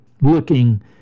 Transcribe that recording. looking